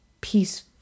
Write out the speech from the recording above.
peace